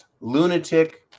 lunatic